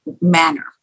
manner